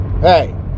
hey